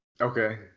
Okay